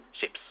ships